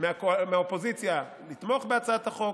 מהאופוזיציה לתמוך בהצעת החוק,